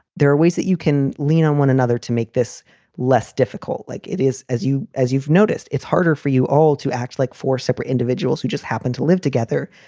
there are ways that you can lean on one another to make this less difficult like it is as you as you've noticed, it's harder for you all to act like four separate individuals who just happen to live together,